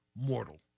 mortal